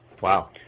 Wow